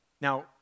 Now